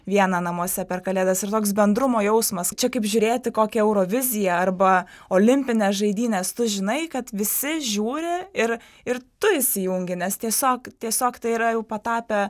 vieną namuose per kalėdas ir toks bendrumo jausmas čia kaip žiūrėti kokią euroviziją arba olimpines žaidynes tu žinai kad visi žiūri ir ir tu įsijungi nes tiesiog tiesiog tai yra jau patapę